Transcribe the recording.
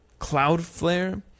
cloudflare